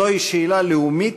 זוהי שאלה לאומית,